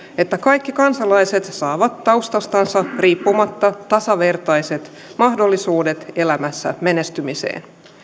että kaikki kansalaiset saavat taustastansa riippumatta tasavertaiset mahdollisuudet elämässä menestymiseen